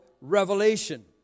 revelation